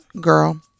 girl